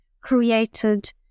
created